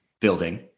building